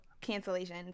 cancellation